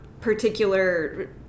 particular